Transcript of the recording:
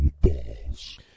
Balls